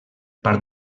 part